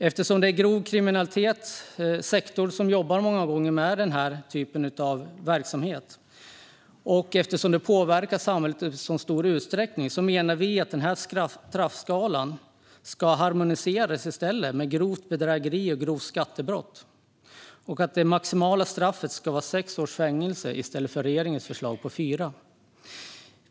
Eftersom det många gånger är den grovt kriminella sektorn som jobbar med denna typ av verksamhet och eftersom det påverkar samhället i stor utsträckning menar vi att straffskalan i stället ska harmoniseras med den för grovt bedrägeri och grovt skattebrott och att det maximala straffet ska vara sex års fängelse i stället för fyra, som i regeringens förslag.